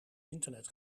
internet